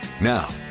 Now